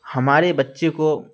ہمارے بچے کو